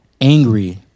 angry